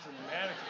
dramatically